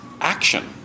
action